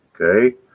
Okay